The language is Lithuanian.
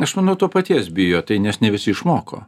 aš manau to paties bijo tai nes ne visi išmoko